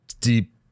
deep